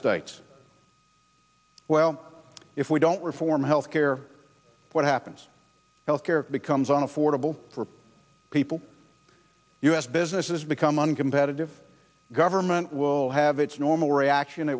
states well if we don't reform health care what happens health care becomes an affordable for people u s businesses become uncompetitive government will have its normal reaction